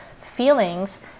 feelings